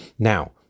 Now